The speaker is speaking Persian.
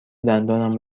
دندانم